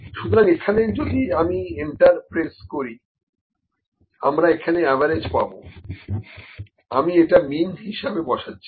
সুতরাং এখানে যদি আমি এন্টার প্রেস করি আমরা এখানে অ্যাভারেজ পাবো আমি এটা মিন হিসেবে বসাচ্ছি